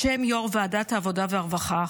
בשם יושב-ראש ועדת העבודה והרווחה,